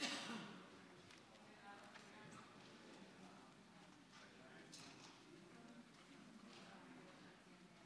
המליאה יצאה להפסקה, ואני מחדש את הישיבה